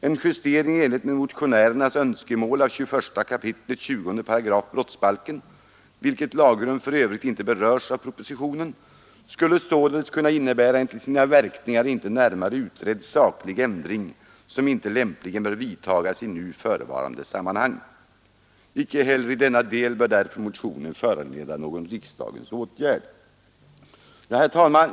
En justering i enlighet med motionärernas önskemål av 21 kap. 20 § brottsbalken — vilket lagrum för övrigt inte berörs av propositionen — skulle således kunna innebära en till sina verkningar inte närmare utredd saklig ändring, som inte lämpligen bör vidtagas i nu förevarande sammanhang. Icke heller i denna del bör därför motionen föranleda någon riksdagens åtgärd.” Herr talman!